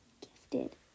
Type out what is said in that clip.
gifted